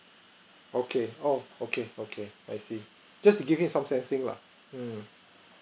okay oh okay okay I see just give me some sensing lah mm